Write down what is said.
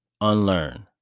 unlearn